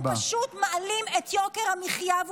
אתם פשוט מעלים את יוקר המחיה,